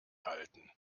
halten